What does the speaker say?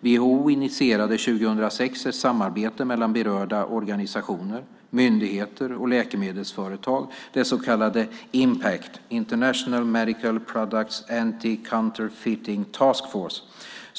WHO initierade 2006 ett samarbete mellan berörda organisationer, myndigheter och läkemedelsföretag, det så kallade Impact, International Medical Products Anti-Counterfeiting Taskforce.